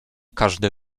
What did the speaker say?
każdy